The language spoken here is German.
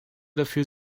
dafür